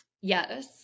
Yes